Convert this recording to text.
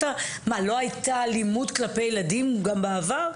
לא הייתה אלימות כלפי ילדים גם בעבר?